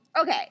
Okay